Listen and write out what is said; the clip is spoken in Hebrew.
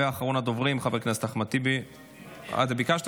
ואחרון הדוברים, חבר הכנסת אחמד טיבי.